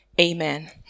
Amen